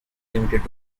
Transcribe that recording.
limited